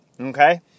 Okay